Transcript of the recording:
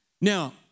now